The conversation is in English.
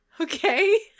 okay